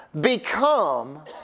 become